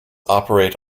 operate